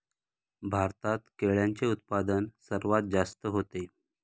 भारतात केळ्यांचे उत्पादन सर्वात जास्त होते